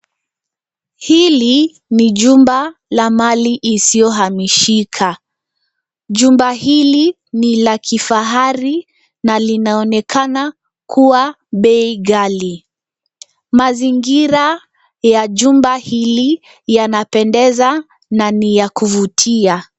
Hili ni jumba la mali isiyohamishika. Jumba hili ni la kifahari na linaonekana kuwa bei ghali. Mazingira ya jumba hili yanapendeza na ni ya kuvutia.